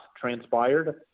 transpired